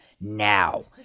now